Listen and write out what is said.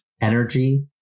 Energy